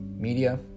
media